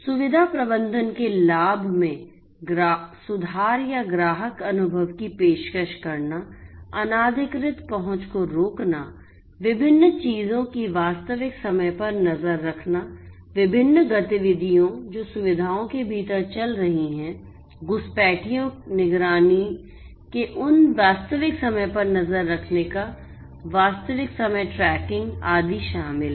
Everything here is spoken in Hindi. सुविधा प्रबंधन के लाभ में सुधार या ग्राहक अनुभव की पेशकश करना अनधिकृत पहुंच को रोकना विभिन्न चीजों की वास्तविक समय पर नज़र रखना विभिन्न गतिविधियाँ जो सुविधाओं के भीतर चल रही हैं घुसपैठियों निगरानी के उन वास्तविक समय पर नज़र रखने का वास्तविक समय ट्रैकिंग आदि शामिल हैं